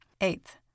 Eighth